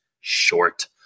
short